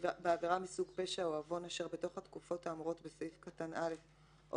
"בעבירה מסוג פשע או עוון אשר בתוך התקופות האמורות בסעיף קטן (א) או